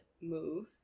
move